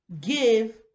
give